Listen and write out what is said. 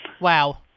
Wow